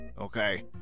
okay